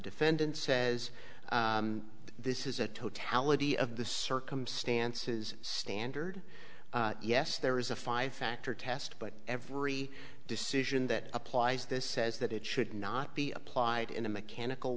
defendant says this is a totality of the circumstances standard yes there is a five factor test but every decision that applies this says that it should not be applied in a mechanical